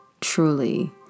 truly